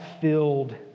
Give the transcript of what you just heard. filled